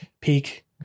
peak